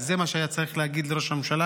זה מה שהיה צריך להגיד לראש הממשלה,